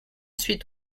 suite